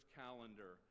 calendar